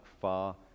far